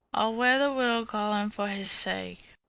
ile weare the willow garland for his sake